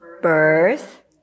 birth